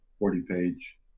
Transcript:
40-page